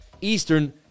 Eastern